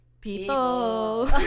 people